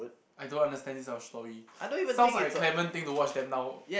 I don't understand this type of story sounds like a Clement thing to watch that now